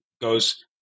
goes